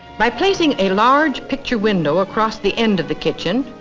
by placing a large picture window across the end of the kitchen,